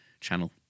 channel